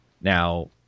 Now